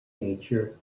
nature